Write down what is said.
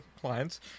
clients